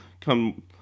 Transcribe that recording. come